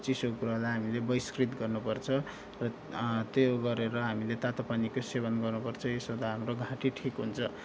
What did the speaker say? चिसो कुरालाई हामीले बहिष्कृत त गर्नुपर्छ र त्यो उ गरेर हामीले तातो पानीको सेवन गर्नुपर्छ यसो हुँदा हाम्रो घाँटी ठिक हुन्छ